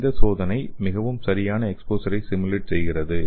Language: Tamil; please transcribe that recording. எந்த சோதனை மிகவும் சரியான எக்ஸ்போஸரை சிமுலேட் செய்கிறது